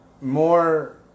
more